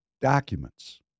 documents